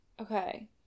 Okay